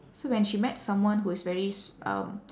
so when she met someone who is very s~ um